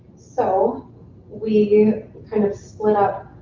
so we kind of split up